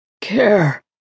Care